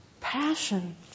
Passion